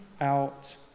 out